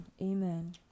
amen